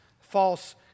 false